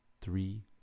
three